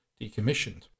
decommissioned